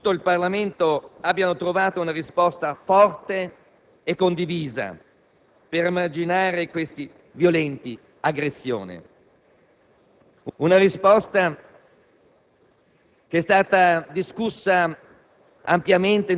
la maggioranza, l'opposizione, tutto il Parlamento abbiano trovato una risposta forte e condivisa per emarginare queste violenti aggressioni. Una risposta